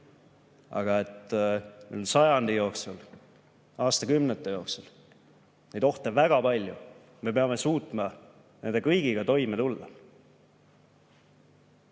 on. Sajandi jooksul, aastakümnete jooksul on neid ohte olnud väga palju. Me peame suutma nende kõigiga toime tulla.